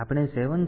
તો તે શું છે